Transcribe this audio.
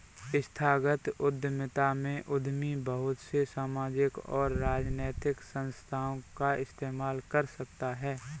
संस्थागत उद्यमिता में उद्यमी बहुत से सामाजिक और राजनैतिक संस्थाओं का इस्तेमाल कर सकता है